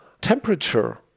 temperature